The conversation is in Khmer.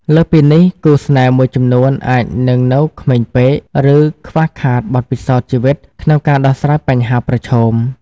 លើសពីនេះ គូស្នេហ៍មួយចំនួនអាចនឹងនៅក្មេងពេក ឬ ខ្វះខាតបទពិសោធន៍ជីវិត ក្នុងការដោះស្រាយបញ្ហាប្រឈម។